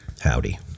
Howdy